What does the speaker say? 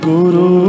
Guru